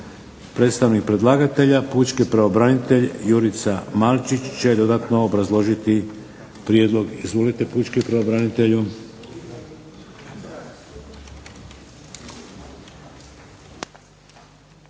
Predstavnik predlagatelja, pučki pravobranitelj Jurica Malčić će dodatno obrazložiti prijedlog. Izvolite, pučki pravobranitelju.